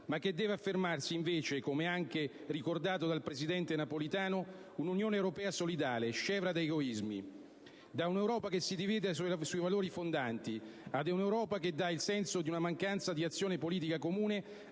ma che deve affermarsi, invece, come anche ricordato dal presidente Napolitano, un'Unione europea solidale, scevra da egoismi. Da un'Europa che si divide sui valori fondanti ad un'Europa che dà il senso di una mancanza di azione politica comune,